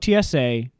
TSA